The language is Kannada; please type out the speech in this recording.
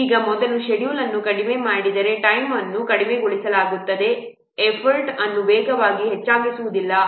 ಈಗ ಮೊದಲು ಷೆಡ್ಯೂಲ್ ಅನ್ನು ಕಡಿಮೆ ಮಾಡಿದರೆ ಟೈಮ್ ಅನ್ನು ಕಡಿಮೆಗೊಳಿಸಲಾಗುತ್ತದೆ ಎಫರ್ಟ್ ಅನ್ನು ವೇಗವಾಗಿ ಹೆಚ್ಚಾಗುವುದಿಲ್ಲ